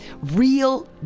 real